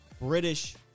British